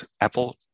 Apple